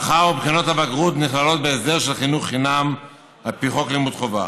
מאחר שבחינות הבגרות נכללות בהסדר של חינוך חינם על פי חוק לימוד חובה.